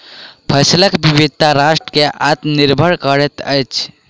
फसिलक विविधता राष्ट्र के आत्मनिर्भर करैत अछि